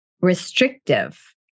restrictive